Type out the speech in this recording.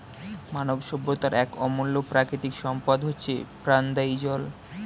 মানব সভ্যতার এক অমূল্য প্রাকৃতিক সম্পদ হচ্ছে প্রাণদায়ী জল